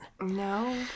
no